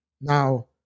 Now